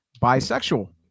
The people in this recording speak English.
bisexual